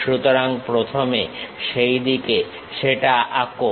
সুতরাং প্রথমে সেইদিকে সেটা আঁকো